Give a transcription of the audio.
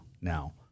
now